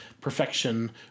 perfection